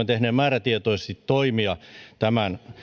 tehneet määrätietoisesti toimia tämän